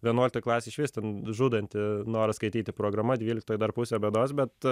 vienuolikta klasė išvis ten žudanti noras skaityti programa dvyliktoj dar pusė bėdos bet